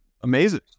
Amazing